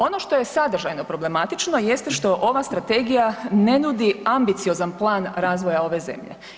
Ono što je sadržajno problematično jeste što ova Strategija ne nudi ambiciozan plan razvoja ove zemlje.